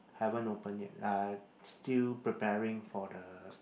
haven't open yet ah still preparing for the